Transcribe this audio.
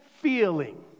feeling